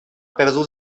perdut